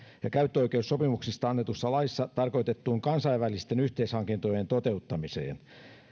ja käyttöoikeussopimuksista annetussa laissa tarkoitettuun kansainvälisten yhteishankintojen toteuttamiseen